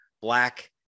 black